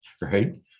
right